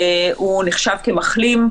הוא נחשב כמחלים,